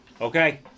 Okay